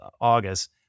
August